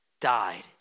died